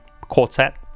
Quartet